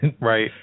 Right